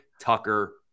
Tucker